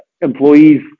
employees